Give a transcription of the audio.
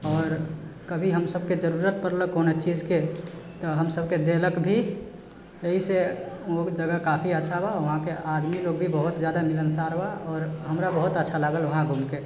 आओर कभी हमसबके जरूरत परलै कोनो चीज के तऽ हमसबके देलक भी यहीसे ओ जगह काफी अच्छा बा आदमीलोग भी बहुत जादा मिलनसार बा आओर हमरा बहुत अच्छा लागल वहाँ घुमि के